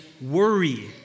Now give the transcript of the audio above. worry